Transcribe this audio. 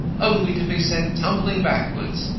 only to be sent tumbling backwards,